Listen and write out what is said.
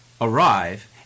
arrive